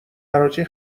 حراجی